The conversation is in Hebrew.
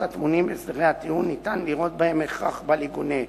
הטמונים בהסדרי הטיעון אפשר לראות בהם הכרח בל יגונה,